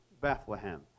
Bethlehem